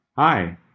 Hi